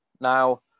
Now